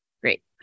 Great